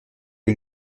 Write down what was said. que